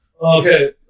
Okay